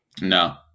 No